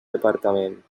departament